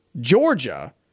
Georgia